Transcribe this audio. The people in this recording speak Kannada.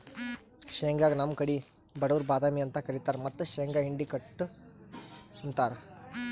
ಶೇಂಗಾಗ್ ನಮ್ ಕಡಿ ಬಡವ್ರ್ ಬಾದಾಮಿ ಅಂತ್ ಕರಿತಾರ್ ಮತ್ತ್ ಶೇಂಗಾ ಹಿಂಡಿ ಕುಟ್ಟ್ ಉಂತಾರ್